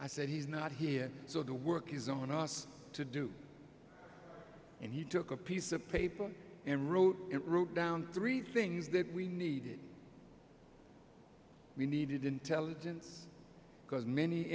i said he's not here so the work is on us to do and he took a piece of paper and wrote it wrote down three things that we needed we needed intelligence because many